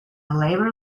labor